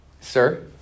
Sir